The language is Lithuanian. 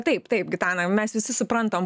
taip taip gitana mes visi suprantam